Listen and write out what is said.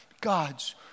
God's